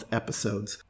episodes